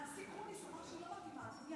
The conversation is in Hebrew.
הנשיא גרוניס אמר שהיא לא מתאימה, אדוני